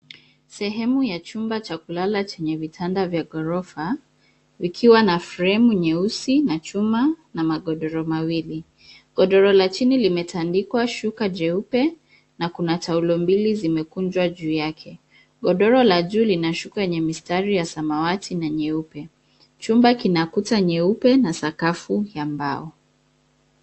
Sehemu ya chumba cha kulala chenye vitanda vya ghorofa vikiwa na fremu nyeusi na chuma na magodoro mawili. Godoro la chini limetandikwa shuka jeupe na kuna taulo mbili zimekunjwa juu yake. Godoro la juu lina shuka yenye mistari ya samawati na nyeupe. Chumba kina kuta nyeupe na sakafu ya mbao.